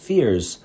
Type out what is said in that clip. Fears